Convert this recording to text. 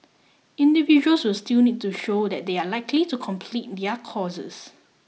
individuals will still need to show that they are likely to complete their courses